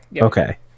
Okay